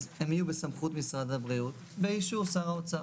יהיו בסמכות משרד הבריאות באישור שר האוצר.